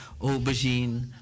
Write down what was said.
aubergine